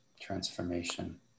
Transformation